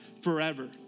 forever